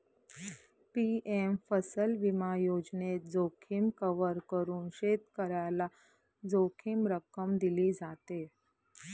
PM फसल विमा योजनेत, जोखीम कव्हर करून शेतकऱ्याला जोखीम रक्कम दिली जाते